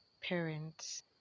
parents